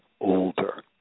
older